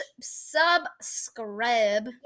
subscribe